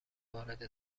وارد